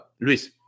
Luis